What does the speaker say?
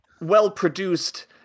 well-produced